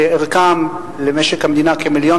שערכם למשק המדינה כ-1.7 מיליון